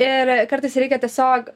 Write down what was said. ir kartais reikia tiesiog